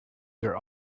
their